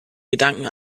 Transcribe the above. gedanken